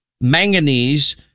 manganese